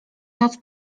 noc